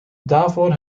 daarvoor